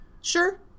Sure